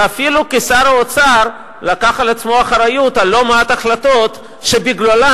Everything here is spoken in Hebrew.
ואפילו כשר האוצר לקח על עצמו אחריות על לא מעט החלטות שבגללן,